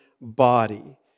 body